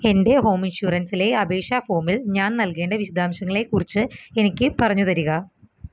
എൻ്റെ ഹോം ഇൻഷുറൻസിലെ അപേക്ഷാ ഫോമിൽ ഞാൻ നൽകേണ്ട വിശദാംശങ്ങളെ കുറിച്ച് എനിക്ക് പറഞ്ഞുതരിക